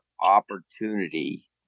opportunity